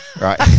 Right